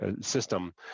system